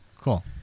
Cool